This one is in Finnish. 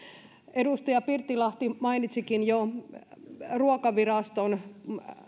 edustaja pirttilahti mainitsikin jo ruokaviraston